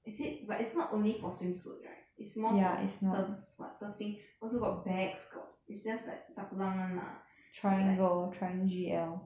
is it but it's not only for swimsuit right it's more for surf~ what surfing also got bags got it's just like chapalang [one] lah like